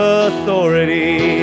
authority